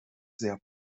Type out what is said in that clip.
sehr